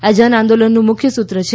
આ જનઆંદોલનનું મુખ્ય સૂત્ર છે